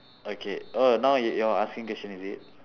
okay oh now you are asking question is it